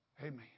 Amen